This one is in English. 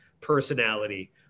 personality